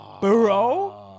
Bro